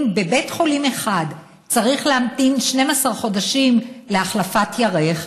אם בבית חולים אחד צריך להמתין 12 חודשים להחלפת ירך,